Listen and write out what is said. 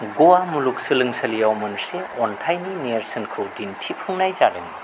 गवा मुलुगसोलोंसालियाव मोनसे अन्थाइनि नेरसोनखौ दिनथिफुंनाय जादों